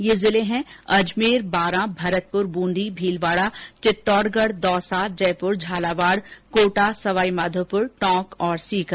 ये जिले है अजमेर बारा भरतपुर बूंदी भीलवाड़ा चित्तौडगढ़ दौसा जयपुर झालावाड़ कोटा सवाई माधोपुर टोंक और सीकर